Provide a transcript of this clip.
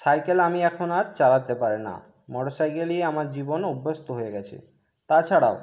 cycle আমি এখন আর চালাতে পারে না মটর সাইকেলই আমার জীবনে অভ্যস্ত হয়ে গেছে তাছাড়াও